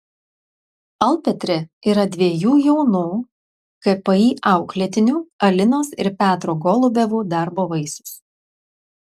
alpetri yra dviejų jaunų kpi auklėtinių alinos ir petro golubevų darbo vaisius